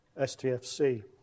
STFC